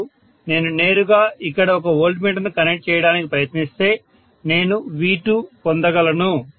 మరియు నేను నేరుగా ఇక్కడ ఒక వోల్టమీటర్ను కనెక్ట్ చేయడానికి ప్రయత్నిస్తే నేను V2 పొందగలను